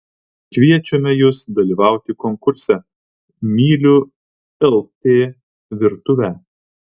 kviečiame jus dalyvauti konkurse myliu lt virtuvę